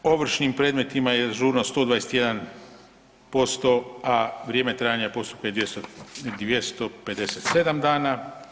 U ovršnim predmetima je ažurnost 121%, a vrijeme trajanja postupka je 257 dana.